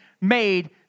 made